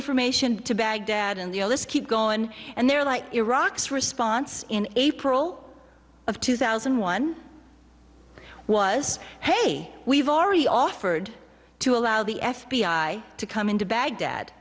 information to baghdad and the list keep going on and they're like iraq's response in april of two thousand and one was hey we've already offered to allow the f b i to come into baghdad